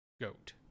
goat